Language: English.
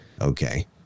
Okay